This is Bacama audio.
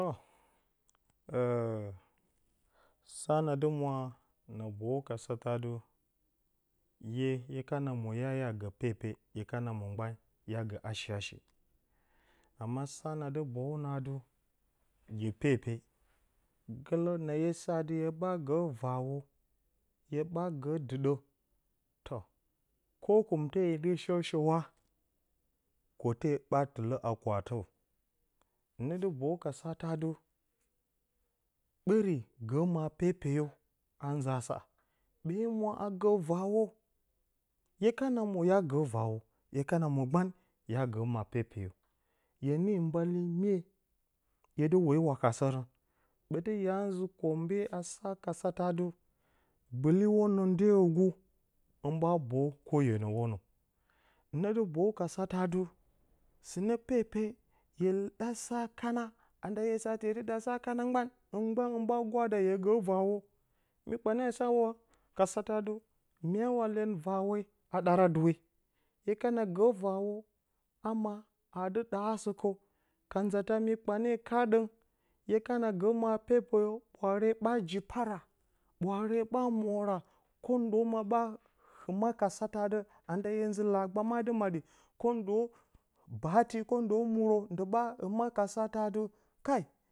aa, sa na dɨ, mwa na boyu ka satə adɨ, hye, hye kana mwo, hya gə pepe, hye kana mwo gban, hya gə, hashi, hashi. amma sa na dɨ boyu nə dɨ gi pepe, gələ na hye sa adɨ hye ɓaa gə vaawo, hye ɓda gə ɗə toh ko kɨmte hye dɨ show shəə wa, kwote ɓaa tɨlə haa kwaatərə. Hɨnə dɨboyu kasataturrn adɨ, ɓəri gə ma pepe yo, a nza a sa, ɓee mwa a gə vaawo, hye kana mwo hya gə vaawo hye kana mwo gban, hya gə maa pepe yo. Hye nii mbale mye 'ye dɨ woyo wa kasərə, ɓəti, yaa nzə koombe a ka satə adɨ bɨ li wono ndyewogu hɨn ɓaa boyu koh hyenə wonə. Hɨnə dɨ boyu, kaa satə adɨ, sɨnə pepe hye ɗa saa kana, na nda hye saa, hye tedɨ ɗaa sa kana, gban, hɨn gban hɨn ɓaa gwaada hye gə vaawo. Mi kpanye a saa adɨ a'a ka satə adɨ mya wa iyen vaawe a ɗaarə duwe. Hye kana gə vaawo, a maa aa adɨ ɗa asə kaw, ka nza ta mi kpa nye, kaaɗəng, hye kanagə ma pepe yo ɓwaare ɓaa ji paara ɓwaare ɓaa mwora, kwo ndo maa ɓaa hɨma ka satə adɨ, na nda hye nzə lagba ma dɨ maaɗi, kwo ndo baati, kwo ndo muurə, ndɨ ɓaa hɨma ka satə adɨ kai